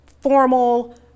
formal